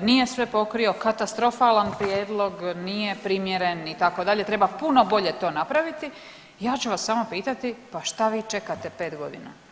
nije sve pokrio, katastrofalan prijedlog, nije primjeren, itd., treba puno bolje to napraviti, ja ću vas samo pitati, pa šta vi čekate 5 godina?